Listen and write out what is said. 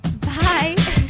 bye